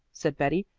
said betty,